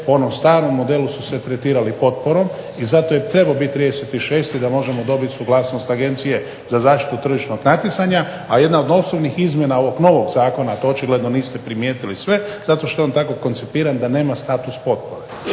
po onom starom modelu su se tretirali potporom i zato je trebao biti 30.06. da možemo dobiti suglasnost Agencije za zaštitu tržišnog natjecanja, a jedna od osnovnih izmjena ovog novog zakona, a to očigledno niste primijetili sve, zato što je on tako koncipiran da nema status potpore.